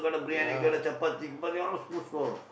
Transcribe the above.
kadai Briyani chapati kipaati all food stall